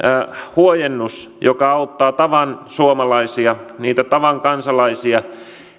huojennus joka auttaa tavan suomalaisia niitä tavan kansalaisia